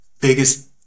biggest